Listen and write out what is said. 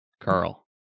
Carl